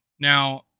Now